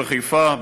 בחיפה,